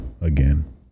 again